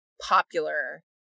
popular